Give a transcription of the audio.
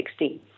2016